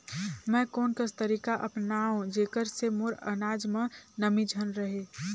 मैं कोन कस तरीका अपनाओं जेकर से मोर अनाज म नमी झन रहे?